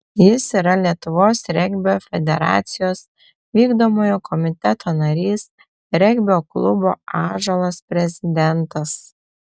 jis yra lietuvos regbio federacijos vykdomojo komiteto narys regbio klubo ąžuolas prezidentas